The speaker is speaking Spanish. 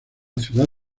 ciudad